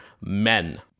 men